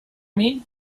mean